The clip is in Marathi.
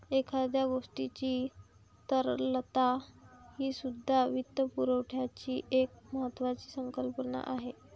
एखाद्या गोष्टीची तरलता हीसुद्धा वित्तपुरवठ्याची एक महत्त्वाची संकल्पना आहे